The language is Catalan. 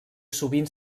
sovint